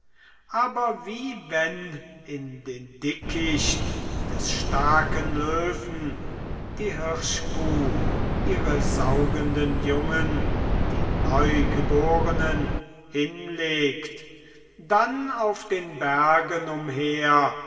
aber wie wenn in den dickicht des starken löwen die hirschkuh ihre saugenden jungen die neugeborenen hinlegt dann auf den bergen umher